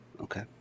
okay